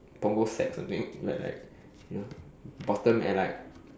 Punggol Sec or something but like you know bottom at like